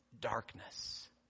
darkness